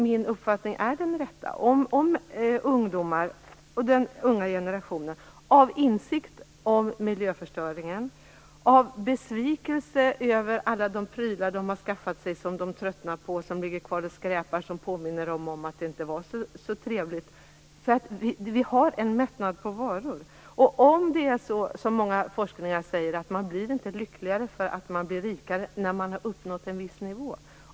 Det kanske är så att den unga generationen har insikt om miljöförstöringen och är besvikna över alla de prylar som de har skaffat sig och tröttnat på som ligger kvar och skräpar och påminner dem om att det inte var så trevligt. Vi har en mättnad på varor. Många forskningar visar att man inte blir lyckligare för att man blir rikare när man har uppnått en viss nivå.